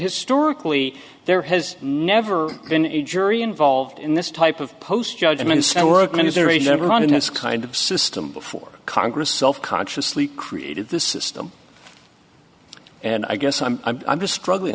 historically there has never been a jury involved in this type of post judgments that workman is arranged everyone in this kind of system before congress self consciously created the system and i guess i'm i'm just struggling